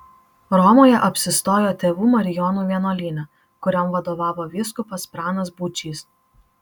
romoje apsistojo tėvų marijonų vienuolyne kuriam vadovavo vyskupas pranas būčys